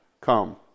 come